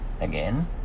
again